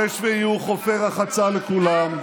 יש ויהיו חופי רחצה לכולם.